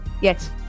Yes